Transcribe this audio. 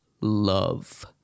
love